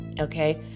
Okay